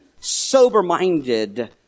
sober-minded